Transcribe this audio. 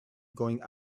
going